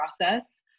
process